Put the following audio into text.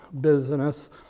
business